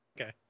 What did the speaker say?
Okay